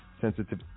sensitive